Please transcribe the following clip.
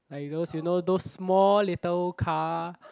like those you know those small little car